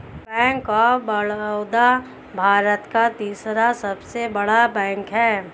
bank of Baroda Bharat का तीसरा सबसे बड़ा बैंक हैं